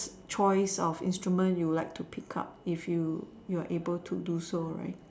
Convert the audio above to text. choice of instrument you would like to pick if you you are able to do so right